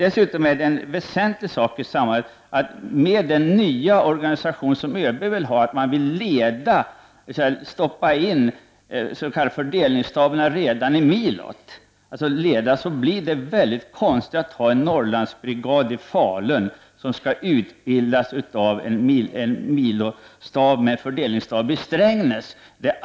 En annan väsentlig sak i detta sammanhang är att med den nya organisation som ÖB vill ha, där man skulle stoppa in de s.k. fördelningsstaberna redan i milot, blir det mycket konstigt att ha en Norrlandsbrigad i Falun som skall utbildas av en milostab med s.k. fördelningsstab i Strängnäs.